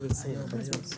(היו"ר מיכאל מרדכי ביטון)